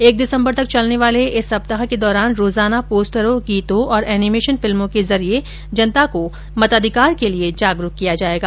एक दिसम्बर तक चलने वाले इस सप्ताह के दौरान रोजाना पोस्टरों गीतों और एनिमेशन फिल्मों के जरिये जनता को मताधिकार के प्रति जागरूक किया जायेगा